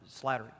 Slattery